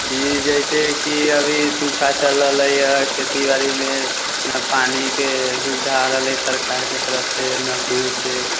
ई जइसेकि अभी सूखा चलि रहलै हइ खेती बाड़ीमे नहि पानीके सुविधा आ रहलै हइ सरकारके तरफसँ नहि किछु